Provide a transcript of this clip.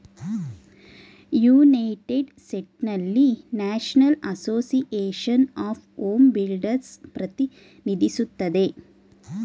united ಸ್ಟೇಟ್ಸ್ನಲ್ಲಿ national association of home builders ಪ್ರತಿನಿಧಿಸುತ್ತದೆ